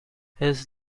his